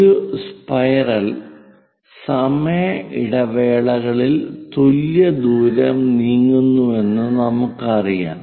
ഒരു സ്പൈറൽ സമയ ഇടവേളകളിൽ തുല്യ ദൂരം നീങ്ങുന്നുവെന്ന് നമുക്കറിയാം